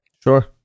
Sure